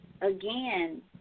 again